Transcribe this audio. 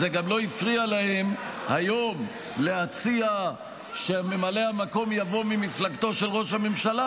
זה גם לא הפריע להם היום להציע שממלא המקום יבוא ממפלגתו של ראש הממשלה,